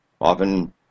Often